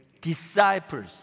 disciples